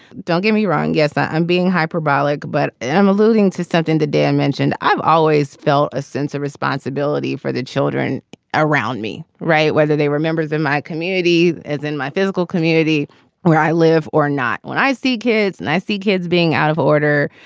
don't get me wrong. yes. i'm being hyperbolic, but and i'm alluding to something the day i mentioned. i've always felt a sense of responsibility for the children around me. right. whether they were members of my community as in my physical community where i live or not. when i see kids and i see kids being out of order,